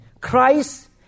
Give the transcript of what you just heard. Christ